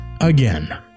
again